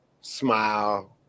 smile